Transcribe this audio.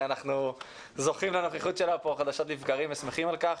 אנחנו זוכים לנוכחות שלה פה חדשות לבקרים ושמחים על כך.